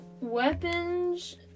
weapons